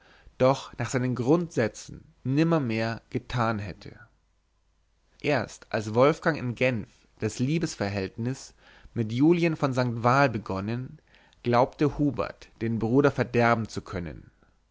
doch nach seinen grundsätzen nimmermehr getan hätte erst als wolfgang in genf das liebesverhältnis mit julien von st val begonnen glaubte hubert den bruder verderben zu können